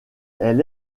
elle